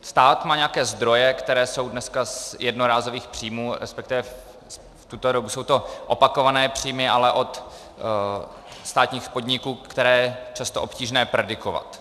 Stát má nějaké zdroje, které jsou dneska z jednorázových příjmů, resp. v tuto dobu jsou to opakované příjmy, ale od státních podniků, které je často obtížné predikovat.